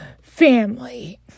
family